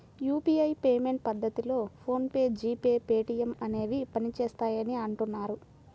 UPI payment పద్ధతిలో PhonePe, G pay, Paytm అనేవి పనిచేస్తాయని అంటున్నారు